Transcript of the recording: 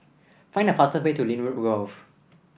find the fastest way to Lynwood Grove